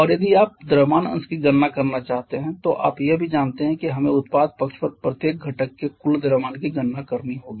और यदि आप द्रव्यमान अंश की गणना करना चाहते हैं तो आप यह भी जानते हैं कि हमें उत्पाद पक्ष पर प्रत्येक घटक के कुल द्रव्यमान की गणना करनी होगी